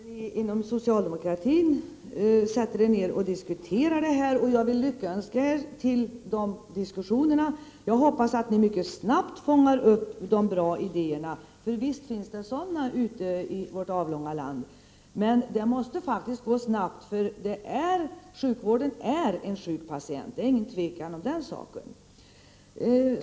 Herr talman! Jag är naturligtvis glad över att ni inom socialdemokratin sätter er ner och diskuterar det här, och jag vill önska er alla lycka till med de diskussionerna. Jag hoppas att ni mycket snabbt skall fånga upp de goda idéerna, för visst finns det sådana ute i vårt avlånga land. Det måste emellertid gå snabbt, eftersom det inte råder något tvivel om att sjukvården i dag kan liknas vid en sjuk patient.